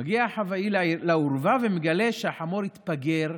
מגיע החוואי לאורווה ומגלה שהחמור התפגר,